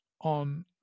on